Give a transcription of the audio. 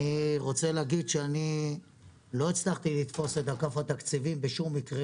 אני לא הצלחתי לתפוס את אגף התקציבים בשום מקרה,